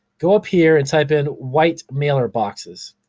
go up here and type in white mailer boxes.